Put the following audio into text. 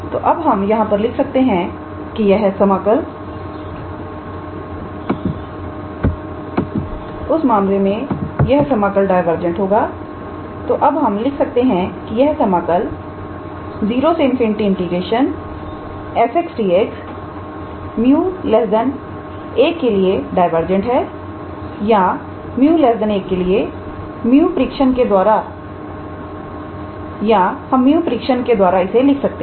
तो अब हम यहां पर लिख सकते हैं कि यह समाकल 0∞𝑓𝑥𝑑𝑥 𝜇 1 के लिए डायवर्जेंट है या 𝜇 1 के लिए 𝜇 परीक्षण 𝜇 test के द्वारा या हम 𝜇 परीक्षण𝜇 test के द्वारा इसे लिख सकते हैं